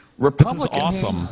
Republicans